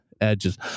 edges